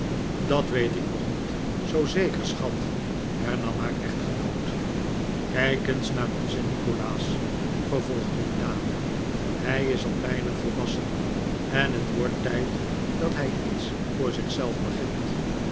dat weet ik nog niet zoo zeker schat hernam haar echtgenoot kijk eens naar onzen nikolaas vervolgde de dame hij is al bijna volwassen en het wordt tijd dat hij iets voor zich zelf begint